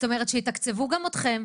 שיתקצבו גם אתכם.